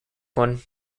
one